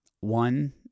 One